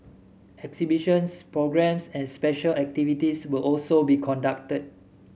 exhibitions programmes and special activities will also be conducted